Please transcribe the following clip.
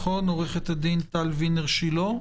עו"ד טל וינר שילה,